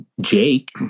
Jake